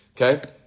Okay